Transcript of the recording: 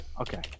Okay